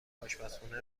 آشپزخونه